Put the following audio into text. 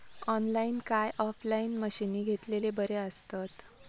Online काय offline मशीनी घेतलेले बरे आसतात?